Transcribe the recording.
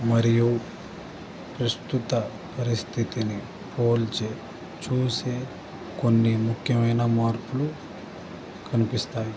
మరియు ప్రస్తుత పరిస్థితిని పోల్చి చూసే కొన్ని ముఖ్యమైన మార్పులు కనిపిస్తాయి